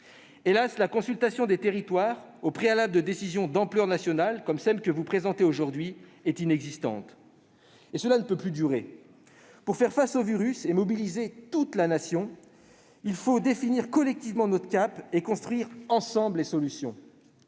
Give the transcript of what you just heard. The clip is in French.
Hélas, la consultation des territoires préalablement à la prise de décisions d'ampleur nationale, comme celles que vous présentez aujourd'hui, est inexistante. Cela ne peut plus durer ! Pour faire face au virus et mobiliser toute la Nation, il faut définir collectivement notre cap et construire ensemble les solutions.